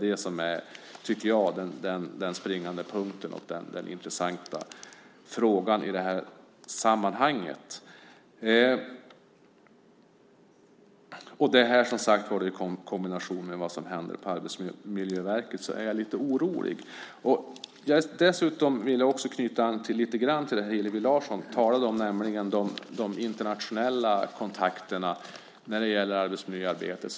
Det är den springande punkten och den intressanta frågan i sammanhanget. I kombination med vad som händer på Arbetsmiljöverket blir jag lite orolig. Jag vill dessutom knyta an till vad Hillevi Larsson talade om, nämligen de internationella kontakterna i arbetsmiljöarbetet.